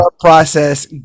process